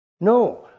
No